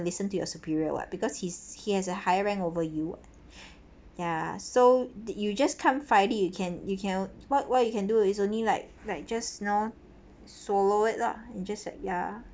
listen to your superior [what] because he's he has a higher rank over you [what] ya so did you just come friday you can you can what what you can do is only like like just you know swallow it lah just ya